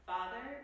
Father